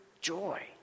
joy